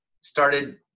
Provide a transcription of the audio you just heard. started